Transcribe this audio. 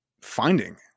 finding